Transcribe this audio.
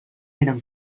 eren